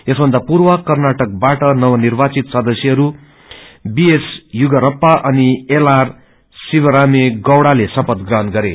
यसभन्दा पूर्व कर्नाटक बाट नवनिवाचित सदस्यहरू बीएस युगरप्पा अनि एल आर शिवरामे गौडाले शपथ प्रहण गरे